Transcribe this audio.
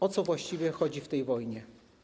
O co właściwie chodzi w tej wojnie?